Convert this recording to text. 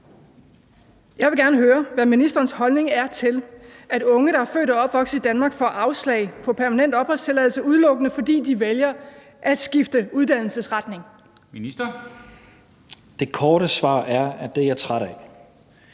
Hvad er ministerens holdning til, at unge, der er født og opvokset i Danmark, får afslag på permanent opholdstilladelse, udelukkende fordi de vælger at skifte uddannelsesretning? Formanden (Henrik Dam